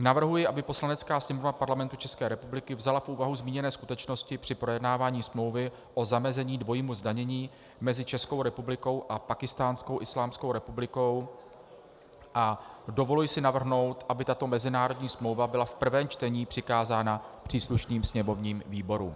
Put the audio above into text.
Navrhuji, by Poslanecká sněmovna Parlamentu České republiky vzala v úvahu zmíněné skutečnosti při projednávání Smlouvy o zamezení dvojímu zdanění mezi Českou republikou a Pákistánskou islámskou republikou, a dovoluji si navrhnout, aby tato mezinárodní smlouva byla v prvém čtení přikázána příslušným sněmovním výborům.